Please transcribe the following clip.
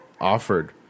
offered